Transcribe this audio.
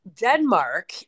Denmark